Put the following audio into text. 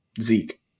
Zeke